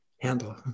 handle